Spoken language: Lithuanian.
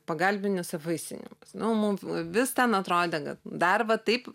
pagalbinis apvaisinimas nu mum vis ten atrodė kad dar va taip